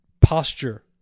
posture